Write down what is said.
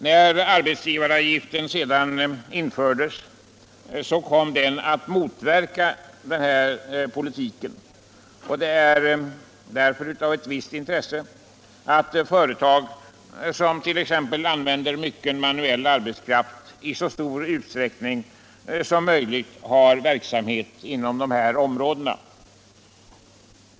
När arbetsgivaravgiften sedan infördes kom den att motverka den här politiken, och det är därför av ett visst intresse att företag som t.ex. använder mycken manuell arbetskraft i så stor utsträckning som möjligt har verksamhet inom dessa områden.